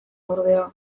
ordea